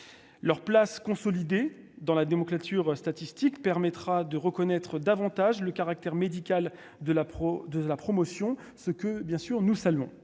leur place dans la démocrature statistiques permettra de reconnaître davantage le caractère médical de la pro de la promotion, ce que bien sûr nous saluons